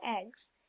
eggs